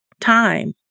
time